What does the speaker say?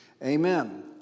Amen